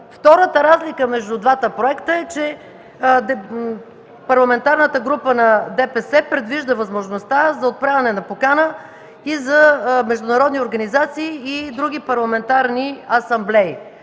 Втората разлика между двата проекта е, че Парламентарната група на ДПС предвижда възможността за отправяне на покана и за международни организации и други парламентарни асамблеи,